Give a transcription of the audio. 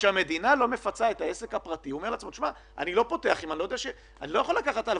מכאן החשיבות פי כמה של